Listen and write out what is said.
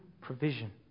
provision